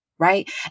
Right